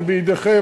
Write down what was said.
זה בידיכם.